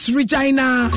Regina